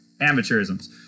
amateurism's